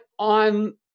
On